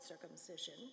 circumcision